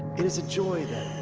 it is a joy and